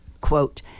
Quote